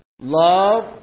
Love